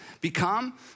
become